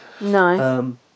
No